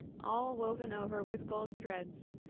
all woven over with gold threads,